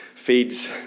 feeds